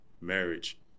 marriage